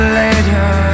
later